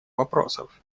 вопросов